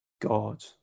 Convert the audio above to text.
God